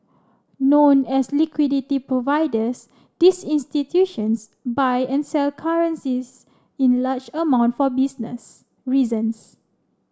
known as liquidity providers these institutions buy and sell currencies in large amount for business reasons